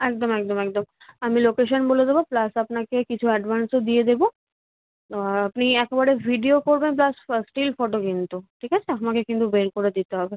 একদম একদম একদম আমি লোকেশন বলে দেবো প্লাস আপনাকে কিছু অ্যাডভান্সও দিয়ে দেবো আপনি একেবারে ভিডিও করবেন প্লাস স্টিল ফটো কিন্তু ঠিক আছে আমাকে কিন্তু বের করে দিতে হবে